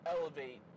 elevate